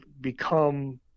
become